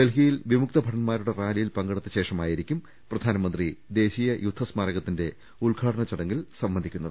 ഡൽഹിയിൽ വിമുക്തഭടൻമാരുടെ റാലിയിൽ പങ്കെടുത്ത ശേഷമായിരിക്കും പ്രധാനമന്ത്രി ദേശീയ യുദ്ധ സ്മാരകത്തിന്റെ ഉദ്ഘാടന ചടങ്ങിൽ സംബന്ധിക്കുക